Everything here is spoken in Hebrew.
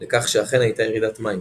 לכך שאכן הייתה ירידת מים.